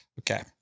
Okay